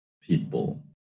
people